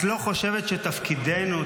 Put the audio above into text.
את לא חושבת שתפקידנו,